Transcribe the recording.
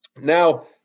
Now